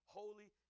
holy